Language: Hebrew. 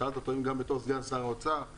שאלת אותו האם גם בתור סגן שר האוצר.